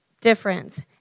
difference